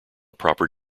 proper